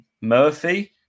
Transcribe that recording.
Murphy